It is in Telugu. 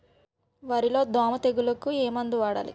వరిలో దోమ తెగులుకు ఏమందు వాడాలి?